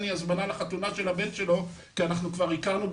לי הזמנה לחתונה של הבן שלו מרוב שהכרנו.